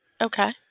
Okay